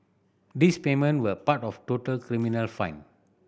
these payment were part of total criminal fine